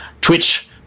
Twitch